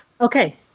Okay